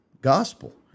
gospel